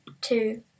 two